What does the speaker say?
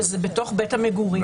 כשזה בתוך בית המגורים,